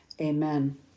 Amen